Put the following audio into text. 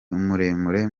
muremure